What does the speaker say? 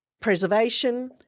preservation